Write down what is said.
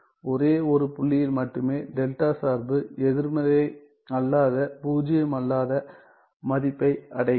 ஒரே ஒரு புள்ளியில் மட்டுமே டெல்டா சார்பு எதிர்மறை அல்லாத பூஜ்ஜியமல்லாத மதிப்பை அடைகிறது